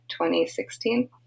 2016